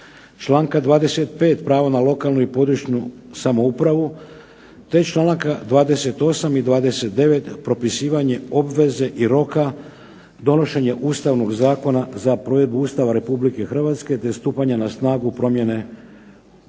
članka 25. pravo na lokalnu i područnu samoupravu, te članaka 28. i 29. propisivanja obveze i roka donošenje Ustavnog zakona za provedbu Ustava Republike Hrvatske, te stupanja na snagu promjene Ustava.